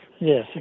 Yes